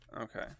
Okay